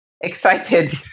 excited